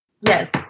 Yes